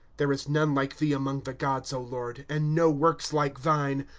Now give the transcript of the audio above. there is none like thee among the gods, o lord, and no works like thine.